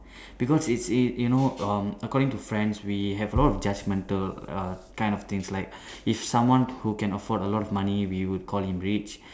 because it's it you know um according to friends we have a lot of judgemental err kind of things like if someone who can afford a lot of money we would call him rich